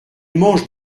mange